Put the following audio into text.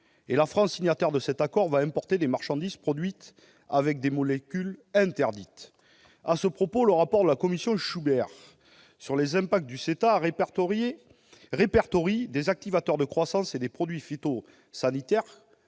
La France, signataire de cet accord, va ainsi importer des marchandises produites avec des molécules qu'elle interdit. En effet, le rapport de la commission Schubert sur les effets du CETA répertorie des activateurs de croissance et des produits phytosanitaires-